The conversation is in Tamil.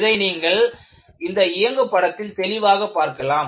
இதை நீங்கள் இந்த இயங்கு படத்தில் தெளிவாக பார்க்கலாம்